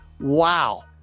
wow